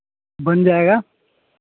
बन जाएगा